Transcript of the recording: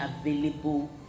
available